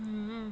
mm